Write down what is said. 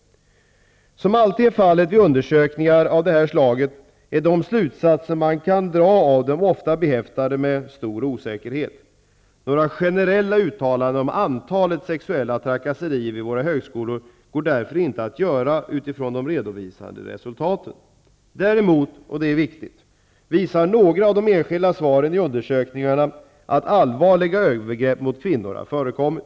Som alltid är fallet vid undersökningar av det här slaget är de slutsatser man kan dra av dem ofta behäftade med stor osäkerhet. Några generella uttalanden om antalet sexuella trakasserier vid våra högskolor går därför inte att göra utifrån de redovisade resultaten. Däremot visar några av de enskilda svaren i undersökningarna att allvarliga övergrepp mot kvinnor har förekommit.